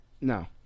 no